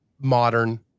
Modern